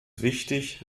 wichtig